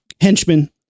henchman